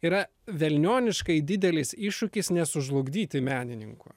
yra velnioniškai didelis iššūkis nesužlugdyti menininko